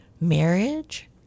marriage